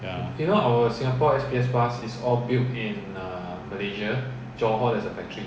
ya